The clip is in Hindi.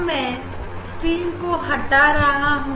अब मैं स्क्रीन को हटा रहा हूं